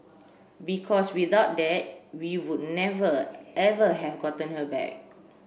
because without that we would never ever have gotten her back